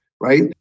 right